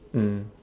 mm